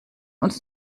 uns